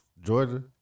Georgia